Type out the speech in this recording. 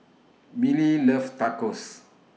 Millie loves Tacos